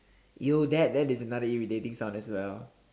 !eww! that that is another irritating sound as well